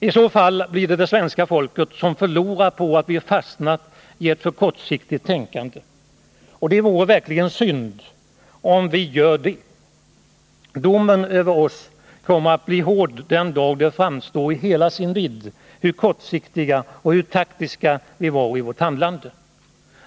I så fall blir det det svenska folket som förlorar på att vi fastnat i ett för kortsiktigt tänkande. Det vore verkligen synd om vi gjorde det. Domen över oss kommer att bli hård den dag det framstår i hela sin vidd hur kortsiktiga och taktiska vi var i vårt handlande.